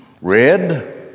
Red